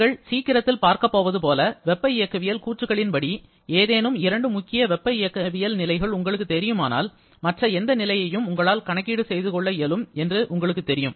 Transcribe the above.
நீங்கள் சீக்கிரத்தில் பார்க்கப் போவது போலவெப்ப இயக்கவியல் கூற்றுக்களின்படி ஏதேனும் இரண்டு முக்கிய வெப்ப இயக்கவியல் நிலைகள் உங்களுக்கு தெரியுமானால் மற்ற எந்த நிலையையும் உங்களால் கணக்கீடு செய்ய இயலும் என்று உங்களுக்கு தெரியும்